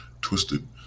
twisted